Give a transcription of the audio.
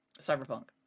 Cyberpunk